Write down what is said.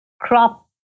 crop